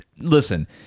Listen